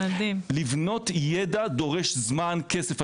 לבנות ידע דורש זמן, כסף.